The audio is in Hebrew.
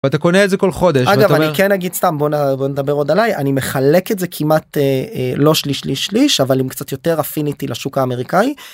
אתה קונה את זה כל חודש אגב אני כן אגיד סתם בוא נדבר עוד עליי אני מחלק את זה כמעט לא שליש שליש שליש אבל עם קצת יותר אפיניטי לשוק האמריקאי.